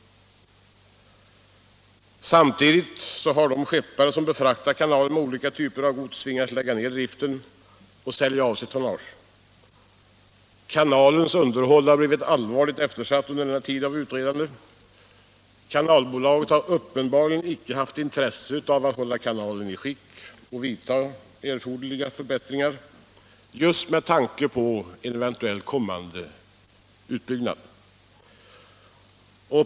Samtidigt har de skeppare som befraktat kanalen med olika typer av gods tvingats lägga ned driften och sälja av sitt tonnage. Kanalens underhåll har blivit allvarligt eftersatt under denna tid av utredande. Kanalbolaget har uppenbarligen inte haft intresse av att hålla kanalen i skick och göra erforderliga förbättringar — just med tanke på en eventuell kommande utbyggnad.